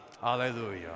Hallelujah